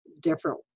different